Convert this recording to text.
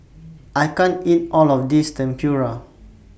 I can't eat All of This Tempura